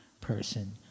person